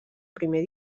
primer